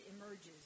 emerges